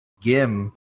Gim